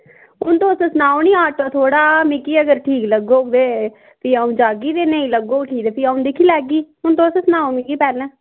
हून तुस सनाओ नीं आटो थुआढ़ा मिगी अगर ठीक लग्गग ते फ्ही अ'ऊं जाह्गी ते नेईं लग्गग ठीक ते फ्ही अ'ऊं दिक्खी लैगी हून तुस सनाओ मिगी पैह्लें